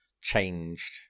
Changed